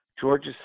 Georgia